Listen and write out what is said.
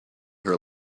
her